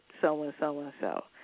so-and-so-and-so